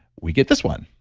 we get this one